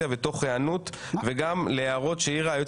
אני מתכבד לפתוח את ישיבת הכנסת היום יום רביעי,